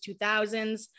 2000s